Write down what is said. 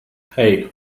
hey